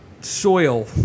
soil